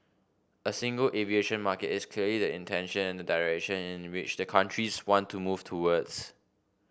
a single aviation market is clearly the intention and the direction in which the countries want to move towards